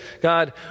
God